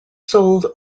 sold